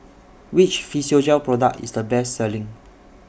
Which Physiogel Product IS The Best Selling